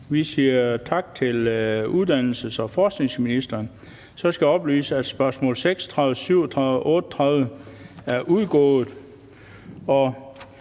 vi siger tak til uddannelses- og forskningsministeren. Så skal jeg oplyse, at spørgsmål 36, 37 og 38 er udgået.